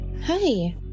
Hi